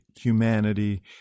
humanity